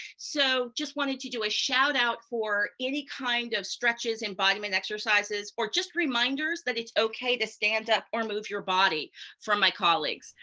so just wanted to do a shout out for any kind of stretches embodiment exercises, or just reminders that it's okay to stand up or move your body from my colleagues.